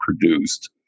produced